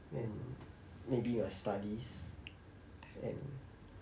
wou~ will be like studies and